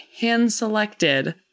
hand-selected